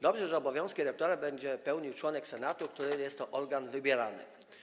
Dobrze, że obowiązki rektora będzie pełnił członek senatu, który to organ jest wybieralny.